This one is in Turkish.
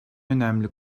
önemli